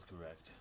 correct